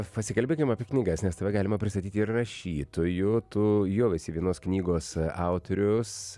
pasikalbėkim apie knygas nes tave galima pristatyti ir rašytoju tu jau esi vienos knygos autorius